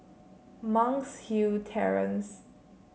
Monk's Hill Terrace